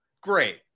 Great